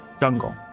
jungle